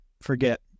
forget